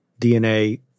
DNA